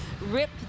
rip